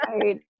right